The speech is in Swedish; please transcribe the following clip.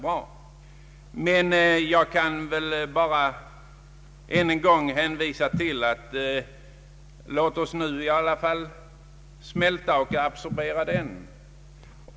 Än en gång vill jag framhålla att jag tycker att vi bör smälta och absorbera den.